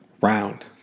round